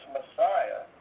Messiah